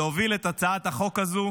להוביל את הצעת החוק הזו.